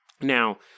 Now